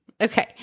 Okay